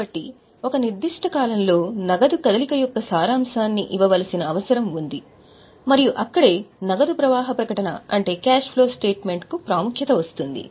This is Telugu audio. కాబట్టి ఒక నిర్దిష్ట కాలంలో నగదు కదలిక యొక్క సారాంశాన్ని ఇవ్వవలసిన అవసరం ఉంది మరియు అక్కడే నగదు ప్రవాహ ప్రకటన అంటే క్యాష్ ఫ్లో స్టేట్ మెంట్ కు ప్రాముఖ్యత వస్తుంది